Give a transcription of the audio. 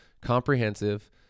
comprehensive